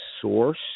source